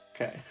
Okay